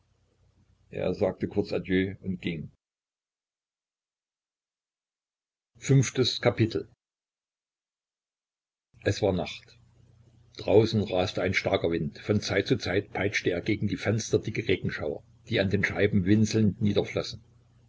er sagte kurz adieu und ging v es war nacht draußen raste ein starker wind von zeit zu zeit peitschte er gegen die fenster dicke regenschauer die an den scheiben winselnd niederflossen